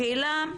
השאלה,